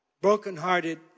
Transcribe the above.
broken-hearted